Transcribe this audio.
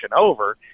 over